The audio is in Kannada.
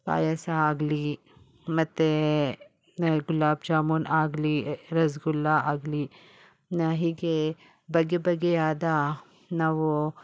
ಪಾಯಸ ಆಗಲಿ ಮತ್ತೇ ಗುಲಾಬ್ ಜಾಮೂನು ಆಗಲಿ ರಸಗುಲ್ಲ ಆಗಲಿ ನಾ ಹೀಗೆ ಬಗೆ ಬಗೆಯಾದ ನಾವು